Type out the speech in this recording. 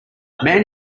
man